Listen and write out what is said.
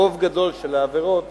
רוב גדול של העבירות